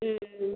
ഉം ഉം ഉം